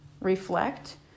reflect